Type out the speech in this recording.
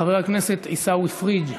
חבר הכנסת עיסאווי פריג'